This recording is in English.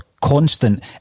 constant